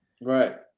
right